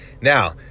Now